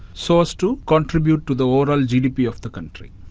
so as to contribute to the overall gdp of the country.